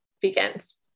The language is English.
begins